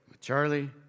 Charlie